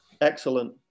Excellent